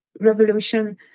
Revolution